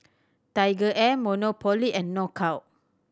TigerAir Monopoly and Knockout